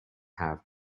have